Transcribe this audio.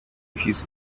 his